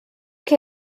que